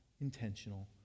intentional